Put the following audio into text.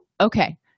okay